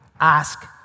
ask